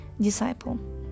Disciple